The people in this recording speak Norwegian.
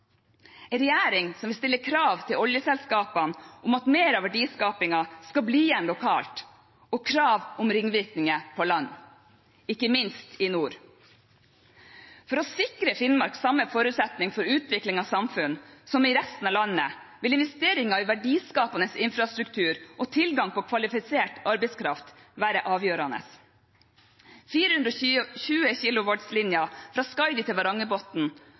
regjering som vil stille krav til oljeselskapene om at mer av verdiskapingen skal bli igjen lokalt, og krav om ringvirkninger på land, ikke minst i nord. For å sikre Finnmark samme forutsetning for utvikling av samfunn som i resten av landet vil investeringer i verdiskapende infrastruktur og tilgang på kvalifisert arbeidskraft være avgjørende. 420 kV-linjer fra Skaidi til Varangerbotn og fra Skaidi til